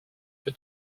que